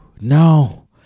no